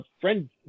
friend